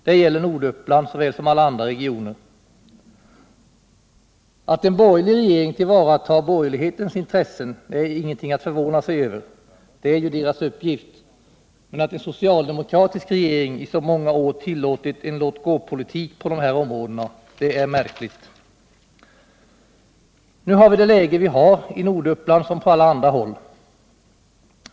Det gäller såväl Norduppland som alla andra regioner. Att en borgerlig regering tar till vara borgerlighetens intressen är ingenting att förvåna sig över, det är dess uppgift. Men att en socialdemokratisk regering i så många år tillåtit en låtgåpolitik på dessa områden är märkligt. Nu har vi det läge vi har i Norduppland, som på alla andra håll.